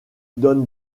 donne